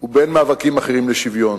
ובין מאבקים אחרים לשוויון,